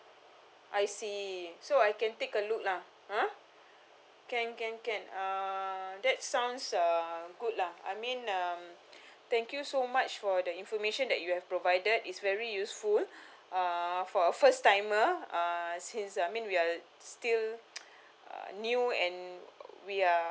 I see so I can take a look lah ah can can can uh that sounds uh good lah I mean um thank you so much for the information that you have provided it's very useful uh for a first timer uh since I mean we are still new and we are